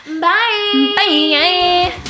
Bye